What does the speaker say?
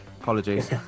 Apologies